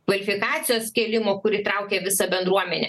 kvalifikacijos kėlimo kur traukia visą bendruomenę